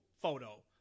photo